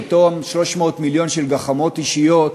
לעומת אותם 300 מיליון של גחמות אישיות,